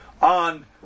on